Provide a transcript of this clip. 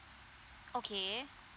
okay